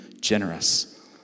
generous